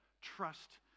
trust